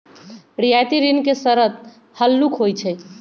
रियायती ऋण के शरत हल्लुक होइ छइ